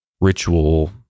ritual